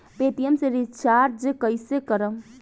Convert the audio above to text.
Paytm से recharge कईसे करम?